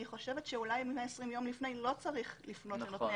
אני חושבת שאולי 120 ימים לפני לא צריך לפנות לנותני